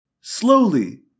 Slowly